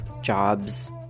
jobs